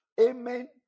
Amen